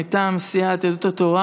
מטעם סיעת יהדות התורה